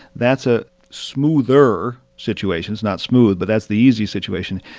that's a smoother situation. it's not smooth. but that's the easy situation.